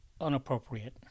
unappropriate